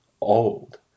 old